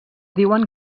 diuen